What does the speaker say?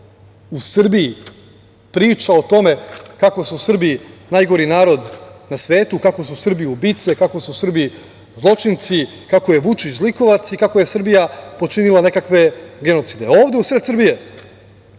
u Srbiji priča o tome kako je u Srbiji najgori narod na svetu, kako su Srbi ubice, kako su Srbi zločinci, kako je Vučić zlikovac i kako je Srbija počinila nekakve genocide. Ovde, u sred Srbije?